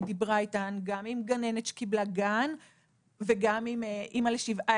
היא דיברה איתן גם עם גננת שקיבלה גם וגם עם אמא לשבעה